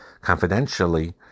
confidentially